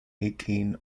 eighteen